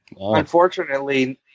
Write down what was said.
Unfortunately